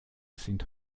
sind